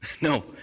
No